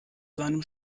seinem